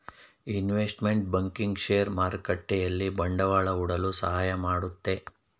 investment banking share ಮಾರುಕಟ್ಟೆಯಲ್ಲಿ ಬಂಡವಾಳ ಹೂಡಲು ಸಹಾಯ ಮಾಡುತ್ತೆ